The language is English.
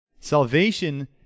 Salvation